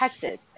Texas